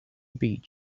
beach